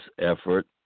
effort